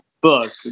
book